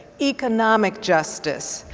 economic justice,